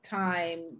time